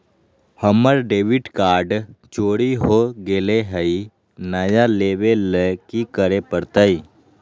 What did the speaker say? हमर debit card चोरी हो गेले हई, नया लेवे ल की करे पड़तई?